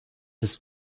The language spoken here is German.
ist